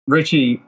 Richie